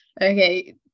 Okay